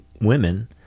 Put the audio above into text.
women